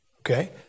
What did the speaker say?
Okay